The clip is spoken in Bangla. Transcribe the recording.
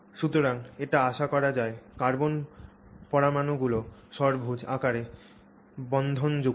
সুতরাং এটা আশা করা যায় কার্বন পরমাণুগুলি ষড়ভুজ আকারে বন্ধনযুক্ত